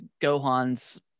Gohan's